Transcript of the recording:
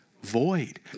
void